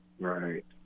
Right